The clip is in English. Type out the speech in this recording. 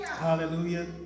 Hallelujah